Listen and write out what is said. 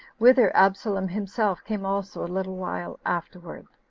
whither absalom himself came also a little while afterward.